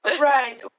right